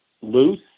loose